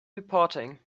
reporting